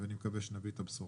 ואני מקווה שנביא את הבשורה.